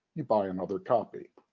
you buy another copy.